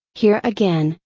here again,